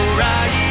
right